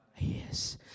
Yes